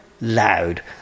loud